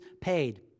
paid